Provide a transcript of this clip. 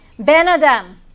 Ben-adam